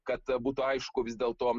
kad būtų aišku vis dėl to